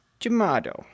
Jamato